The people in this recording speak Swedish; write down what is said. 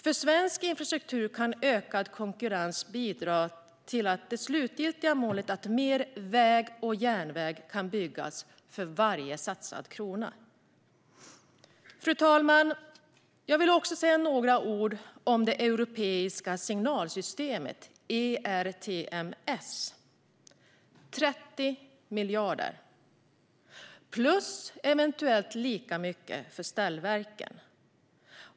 För svensk infrastruktur kan ökad konkurrens bidra till det slutgiltiga målet: att mer väg och järnväg kan byggas för varje satsad krona. Fru talman! Jag vill också säga några ord om det europeiska signalsystemet, ERTMS. Vi talar om 30 miljarder, plus eventuellt lika mycket för ställverken.